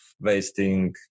wasting